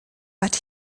but